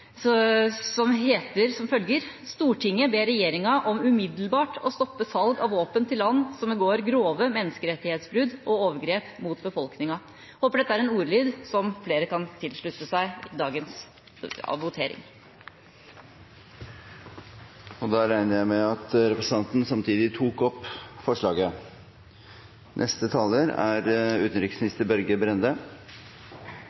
som lyder: «Stortinget ber regjeringen om å umiddelbart stoppe salg av våpen til land som begår grove menneskerettighetsbrudd og overgrep mot egen befolkning.» Vi håper dette er en ordlyd som flere kan tilslutte seg i dagens votering. Representanten Rannveig Kvifte Andresen har da tatt opp det forslaget hun refererte. Utenrikspolitikkens fremste mål er